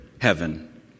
heaven